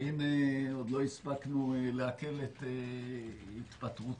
והנה עוד לא הספקנו לעכל את התפטרותה